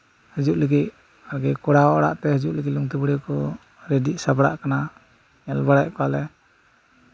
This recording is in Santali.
ᱦᱤᱡᱩᱜ ᱞᱟᱹᱜᱤᱫ ᱠᱚᱲᱟ ᱚᱲᱟᱜᱛᱮ ᱦᱤᱡᱩᱜ ᱞᱟᱹᱜᱤᱫ ᱞᱩᱝᱛᱤ ᱵᱩᱲᱦᱤ ᱠᱚ ᱨᱮᱰᱤᱜ ᱥᱟᱯᱲᱟᱜ ᱠᱟᱱᱟ ᱧᱮᱞ ᱵᱟᱲᱟᱭᱮᱫ ᱠᱚᱣᱟᱞᱮ